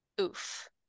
oof